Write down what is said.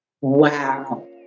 wow